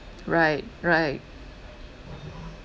right right